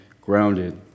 grounded